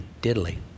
diddly